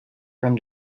from